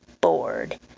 bored